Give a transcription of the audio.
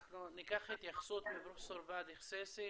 אנחנו ניקח התייחסות מפרופ' באדי חסייסי,